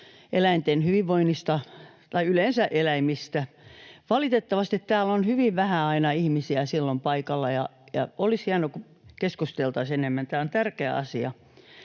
eläinten hyvinvoinnista tai yleensä eläimistä. Valitettavasti täällä on aina hyvin vähän ihmisiä silloin paikalla. Olisi hienoa, kun keskusteltaisiin enemmän. Tämä on tärkeä asia.